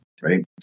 right